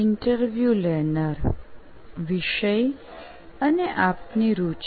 interview લેનાર વિષય અને આપની રુચિ